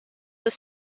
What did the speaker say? was